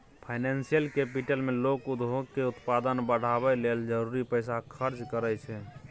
financial capital मे लोक उद्योग के उत्पादन बढ़ाबय लेल जरूरी पैसा खर्च करइ छै